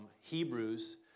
Hebrews